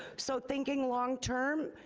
so thinking long term,